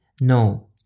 No